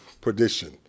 perdition